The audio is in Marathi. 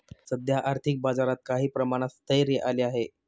सध्या आर्थिक बाजारात काही प्रमाणात स्थैर्य आले आहे